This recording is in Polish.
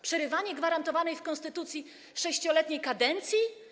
Przerywanie gwarantowanej w konstytucji 6-letniej kadencji?